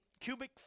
cubic